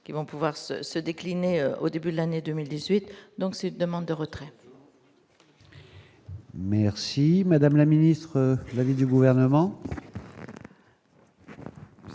qu'ils vont pouvoir se se décliner au début de l'année 2018, donc c'est une demande de retrait.